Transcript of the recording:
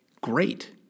great